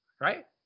right